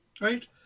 right